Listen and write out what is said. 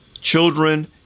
children